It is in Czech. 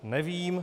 Nevím.